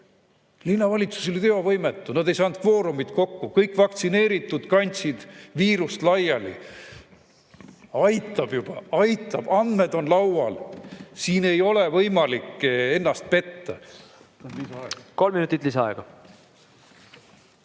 Linnavalitsus oli teovõimetu, nad ei saanud kvoorumit kokku, kõik vaktsineeritud kandsid viirust laiali. Aitab juba, aitab! Andmed on laual. Siin ei ole võimalik ennast petta. Palun kolm minutit lisaaega.